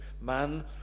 man